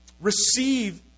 receive